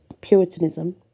Puritanism